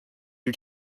due